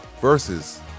versus